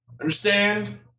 Understand